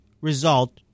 result